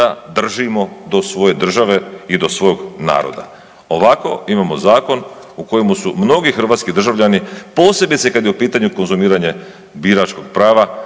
da držimo do svoje države i do svog naroda. Ovako imamo zakon u kojemu su mnogi hrvatski državljani, posebice kad je u pitanju konzumiranje biračkog prava